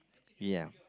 ya